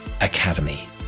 academy